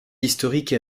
historique